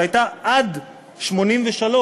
שהייתה עד 83',